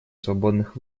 свободных